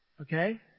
Okay